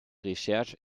recherche